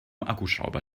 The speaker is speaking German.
akkuschrauber